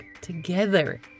together